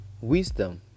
Wisdom